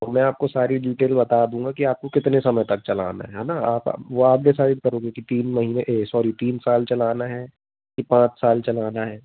तो मैं आपको सारी डीटेल बता दूँगा कि आपको कितने समय तक चलाना है है ना आप वह आप डिसाइड करोगे कि तीन महीने सॉरी तीन साल चलाना है कि पाँच साल चलाना है